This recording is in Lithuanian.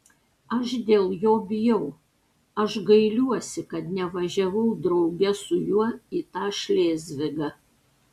aš dėl jo bijau aš gailiuosi kad nevažiavau drauge su juo į tą šlėzvigą